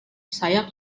saya